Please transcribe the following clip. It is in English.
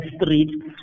street